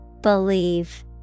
Believe